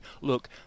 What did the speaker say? look